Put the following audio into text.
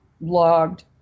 logged